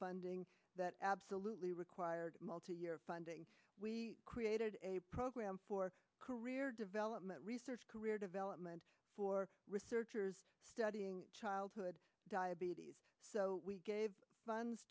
funding that absolutely required multi year funding we created a program for career development research career development for researchers studying childhood diabetes so we gave funds